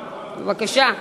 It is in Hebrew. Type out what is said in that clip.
בבקשה.